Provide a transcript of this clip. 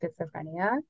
schizophrenia